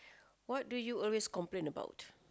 what do you always complain about